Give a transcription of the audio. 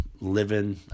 living—